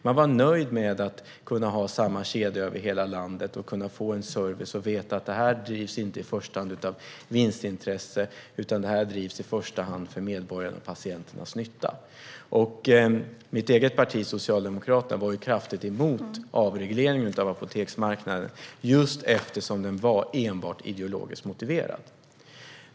Man var nöjd med att ha samma kedja över hela landet, kunna få service och veta att apoteket inte i första hand drevs av vinstintresse utan för medborgarnas och patienternas nytta. Mitt eget parti, Socialdemokraterna, var kraftigt emot avregleringen av apoteksmarknaden just eftersom den enbart var ideologiskt motiverad.